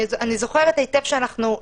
אני זוכרת היטב שאנחנו בנציבות,